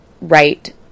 right